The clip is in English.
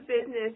business